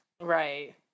Right